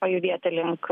pajudėti link